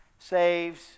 Saves